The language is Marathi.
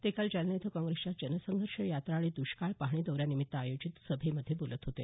ते काल जालना इथं काँप्रेसच्या जनसंघर्ष यात्रा आणि द्ष्काळ पाहणी दौऱ्यानिमित्त आयोजित सभेत बोलत होते